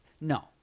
No